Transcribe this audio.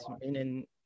meaning